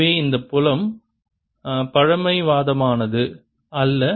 எனவே இந்த புலம் பழமைவாதமானது அல்ல